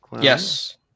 yes